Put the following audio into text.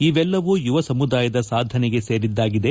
ಇವೆಲ್ಲವೂ ಯುವ ಸಮುದಾಯದ ಸಾಧನೆಗೆ ಸೇರಿದ್ದಾಗಿದೆ